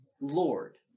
Lord